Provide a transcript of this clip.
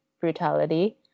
brutality